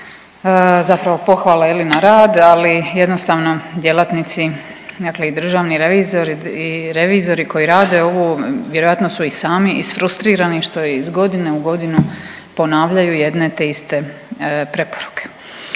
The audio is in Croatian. zapravo pohvale na rad ali jednostavno djelatnici, dakle i državni revizor i revizori koji rade ovu vjerojatno su i sami isfrustrirani što iz godine u godinu ponavljaju jedne te iste preporuke.